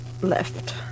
left